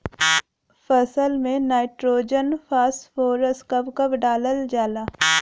फसल में nitrogen phosphorus कब कब डालल जाला?